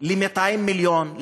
200 מיליון,